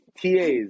TAs